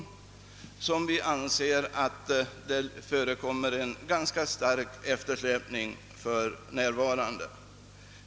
Det gäller ett område där vi anser att det förekommer en ganska stark eftersläpning.